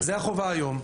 זו החובה היום.